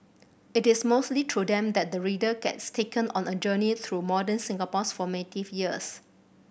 it is mostly through them that the reader gets taken on a journey through modern Singapore's formative years